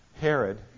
Herod